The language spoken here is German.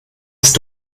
ist